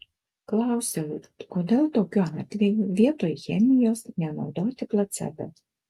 klausiau kodėl tokiu atveju vietoj chemijos nenaudoti placebo